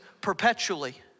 perpetually